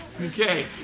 Okay